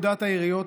העיריות,